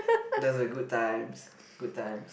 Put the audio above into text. those were good times good times